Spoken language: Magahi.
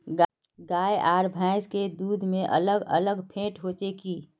गाय आर भैंस के दूध में अलग अलग फेट होचे की?